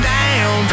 down